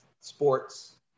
sports